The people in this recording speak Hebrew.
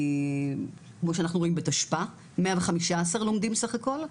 כמו שאנחנו רואים בתשפ"א, 115 לומדים בסך הכל.